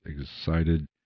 excited